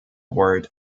word